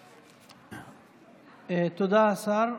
תודה, השר.